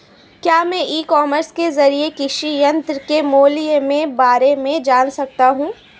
क्या मैं e commerce के ज़रिए कृषि यंत्र के मूल्य में बारे में जान सकता हूँ?